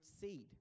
seed